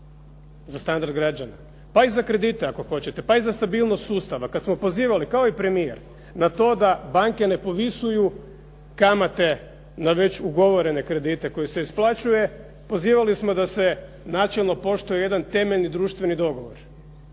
za standard građana, pa i za kredite ako hoćete, pa i za stabilnost sustava, kada smo pozivali kao i premijer na to da banke ne povisuju kamate na već ugovorene kredite koji se isplaćuje, pozivali smo da se načelno poštuje jedan temeljni društveni dogovor.